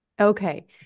Okay